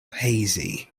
hazy